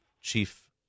chief